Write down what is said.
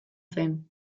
zen